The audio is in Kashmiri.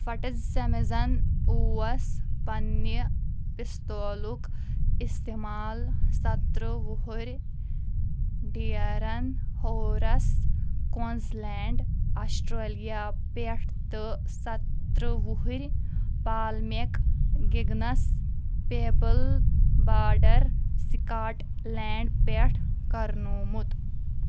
فَٹٕز سٮ۪مِزَن اوس پنٛنہِ پِستولُک اِستعمال ستہٕ تٕرٛہ وُہٕرۍ ڈِیارَن ہورَس کۄنٛز لینٛڈ آشٹرٛلیا پٮ۪ٹھ تہٕ سَتہٕ تٕرٛہ وُہٕرۍ پالمِک گِگنَس پیبٕل بارڈَر سٕکاٹلینٛڈ پٮ۪ٹھ کَرنومُت